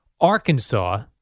Arkansas